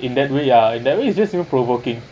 in that we are in that way you know it just provoking